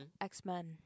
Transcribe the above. X-Men